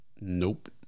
Nope